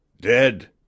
Dead